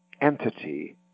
entity